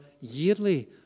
yearly